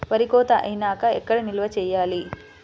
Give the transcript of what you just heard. వరి కోత అయినాక ఎక్కడ నిల్వ చేయాలి?